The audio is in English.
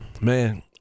Man